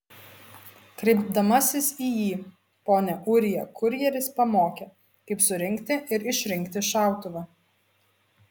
kreipdamasis į jį pone ūrija kurjeris pamokė kaip surinkti ir išrinkti šautuvą